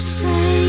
say